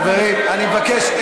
חברים, אני מבקש.